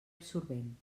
absorbent